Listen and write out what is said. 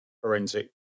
forensic